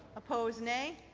opposed nay.